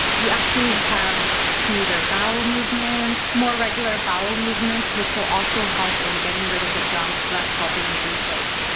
you actually have smoother bowel movements, more regular bowel movements which will also help in getting rid of the junk, thus, helping you lose weight.